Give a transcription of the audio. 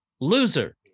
loser